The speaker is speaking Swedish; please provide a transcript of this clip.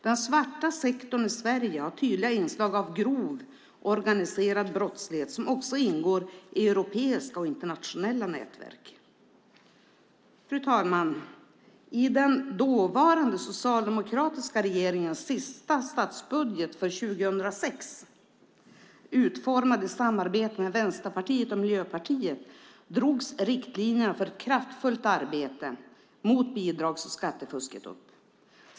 Den svarta sektorn i Sverige har tydliga inslag av grov organiserad brottslighet som också ingår i europeiska och internationella nätverk. Fru talman! I den dåvarande socialdemokratiska regeringens sista statsbudget för 2006, utformad i samarbete med Vänsterpartiet och Miljöpartiet, drogs riktlinjerna för kraftfullt arbete mot bidrags och skattefusket upp.